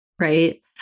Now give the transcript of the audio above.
Right